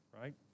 right